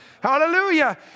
Hallelujah